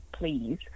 Please